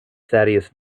thaddeus